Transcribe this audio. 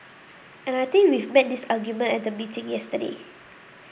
and I think we made this argument at the meeting yesterday